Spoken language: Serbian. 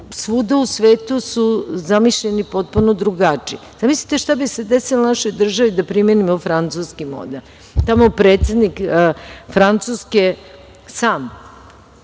svuda u svetu su zamišljeni potpuno drugačije. Zamislite, šta bi se desilo našoj državi da primenimo francuski model. Tamo predsednik Francuske sam